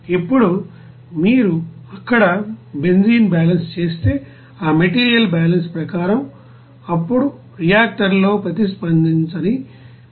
ఇప్పుడు మీరు ఇక్కడ బెంజీన్ బ్యాలెన్స్ చేస్తే ఆ మెటీరియల్ బ్యాలెన్స్ ప్రకారం అప్పుడు రియాక్టర్ లో ప్రతిస్పందించని 189